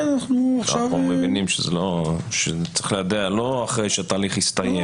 אנחנו מבינים שצריך ליידע לא אחרי שהתהליך הסתיים,